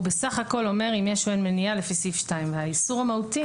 הוא בסך הכול אומר אם יש או אין מניעה לפי סעיף 2. האיסור המהותי